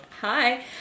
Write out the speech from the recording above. Hi